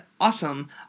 awesome